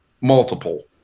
multiple